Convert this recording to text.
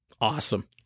awesome